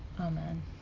Amen